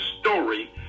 story